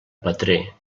petrer